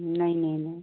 नहीं नहीं नहीं